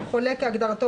אני לא מבין,